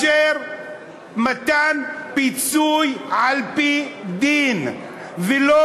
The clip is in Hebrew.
לאשר מתן פיצוי לאישה הזו על-פי דין ולא